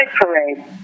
Parade